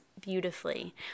beautifully